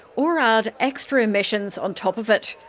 or add extra emissions on top of it.